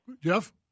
Jeff